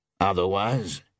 Otherwise